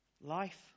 Life